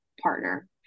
partner